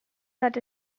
that